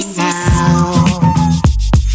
now